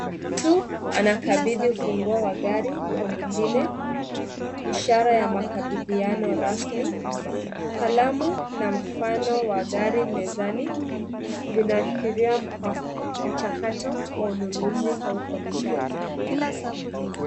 Mtu anakabidhi funguo wa gari kwa mwingine. Ishara ya makabidhiano rasmi. Kalamu na mfano wa gari mezani. Vinaashiria mchakato wa ununuzi au kodishaji.